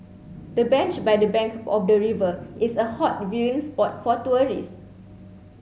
the bench by the bank of the river is a hot viewing spot for tourists